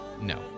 No